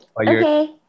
Okay